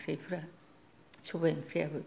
ओंख्रिफ्रा सबाइ ओंख्रियाबो